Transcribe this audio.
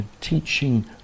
teaching